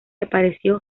apareció